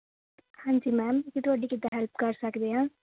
ਹਾਂਜੀ ਮੈਮ ਅਸੀਂ ਤੁਹਾਡੀ ਕਿੱਦਾਂ ਹੈਲਪ ਕਰ ਸਕਦੇ ਹਾਂ